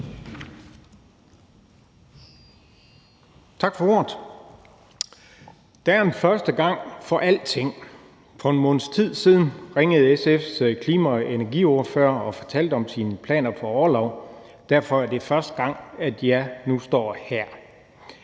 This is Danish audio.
Tak for ordet. Der er en første gang for alting. For en måneds tid siden ringede SF's klima- og energiordfører og fortalte om sine planer om orlov. Derfor er det første gang, jeg nu står her.